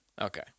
Okay